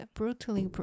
，brutally